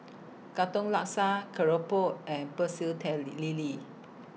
Katong Laksa Keropok and Pecel tail Lee Lele